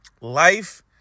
Life